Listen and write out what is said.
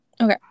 Okay